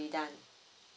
done